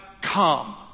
come